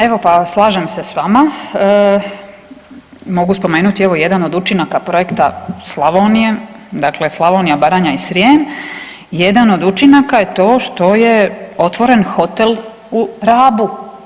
Evo pa slažem se s vama, mogu spomenuti evo jedan od učinaka projekta Slavonije, dakle Slavonija-Baranja i Srijem, jedan od učinaka je to što je otvoren hotel u Rabu.